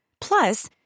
Plus